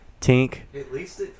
tink